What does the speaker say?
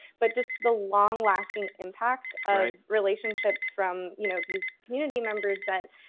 but just the long-lasting impact of relationships from you know these community members that,